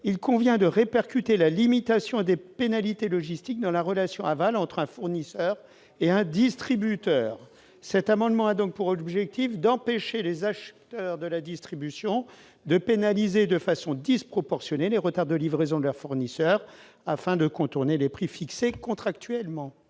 il convient de répercuter la limitation des pénalités logistiques dans la relation aval entre un fournisseur et un distributeur. Cet amendement a pour objet d'empêcher les acheteurs de la distribution de pénaliser de façon disproportionnée les retards de livraison de leur fournisseur afin de contourner les prix fixés contractuellement.